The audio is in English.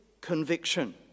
conviction